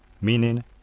meaning